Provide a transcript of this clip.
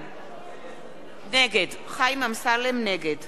נגד אלי אפללו,